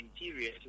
interior